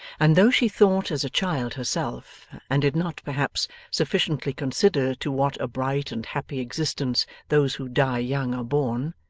and though she thought as a child herself, and did not perhaps sufficiently consider to what a bright and happy existence those who die young are borne,